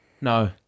No